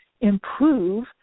improve